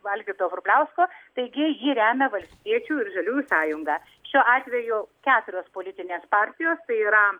algirdo vrubliausko taigi jį remia valstiečių ir žaliųjų sąjunga šiuo atveju keturios politinės partijos tai yra